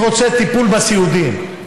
אני רוצה טיפול בסיעודיים,